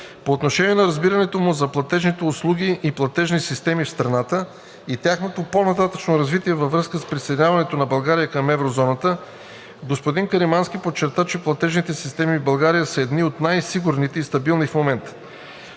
По отношение на разбирането му за платежните услуги и платежните системи в страната и тяхното по-нататъшно развитие във връзка с присъединяването на България към еврозоната господин Каримански подчерта, че платежните системи в България са едни от най-сигурните и стабилни в момента.